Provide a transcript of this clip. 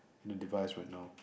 the device right now